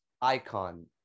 Icon